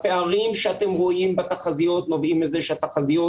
הפערים שאתם רואים בתחזיות נובעים מזה שהתחזיות